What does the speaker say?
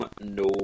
No